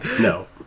No